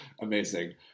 amazing